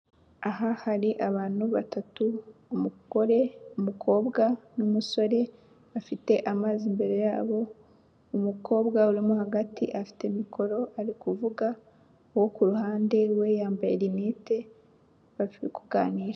Aha hari abantu batatu, umugore, umukobwa, n'umusore bafite amazi imbere yabo, umukobwa urimo hagati afite mikoro ari kuvuga, uwo kuruhande we yambaye rinete, bari kuganira.